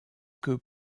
que